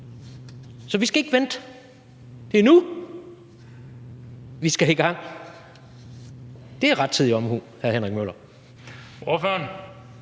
Så vi skal ikke vente. Det er nu, vi skal i gang. Det er rettidig omhu, hr. Henrik Møller.